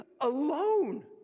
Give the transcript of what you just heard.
alone